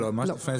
לא, באותו רגע לא.